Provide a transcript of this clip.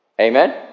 Amen